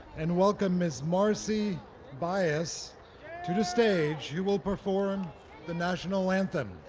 and welcome ms. marcy baez to the stage. she will perform the national anthem.